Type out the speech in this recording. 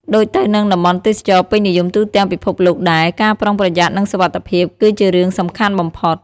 ដូចទៅនឹងតំបន់ទេសចរណ៍ពេញនិយមទូទាំងពិភពលោកដែរ ការប្រុងប្រយ័ត្ន និងសុវត្ថិភាព គឺជារឿងសំខាន់បំផុត។